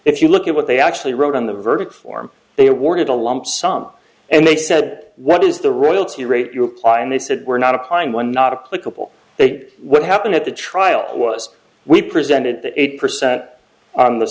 if you look at what they actually wrote on the verdict form they awarded a lump sum and they said what is the royalty rate you apply and they said we're not applying one not a clickable they what happened at the trial was we presented the eight percent on the